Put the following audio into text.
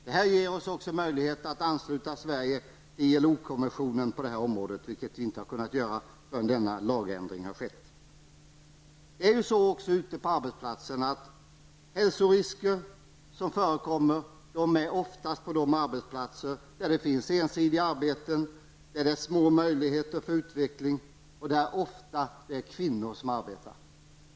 Detta ger också Sverige möjlighet att ansluta sig till ILO konventionen på området, vilket inte var möjligt före denna lagändring. Det är ju också så, att de hälsorisker som förekommer oftast återfinns på de arbetsplatser där det är ensidiga arbeten och där det finns små möjligheter till utveckling. Ofta rör det sig om kvinnlig arbetskraft.